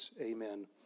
Amen